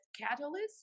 catalyst